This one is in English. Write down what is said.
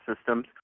systems